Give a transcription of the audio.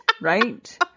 right